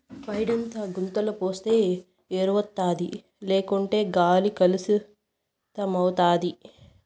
పేడంతా గుంతల పోస్తే ఎరువౌతాది లేకుంటే గాలి కలుసితమైతాది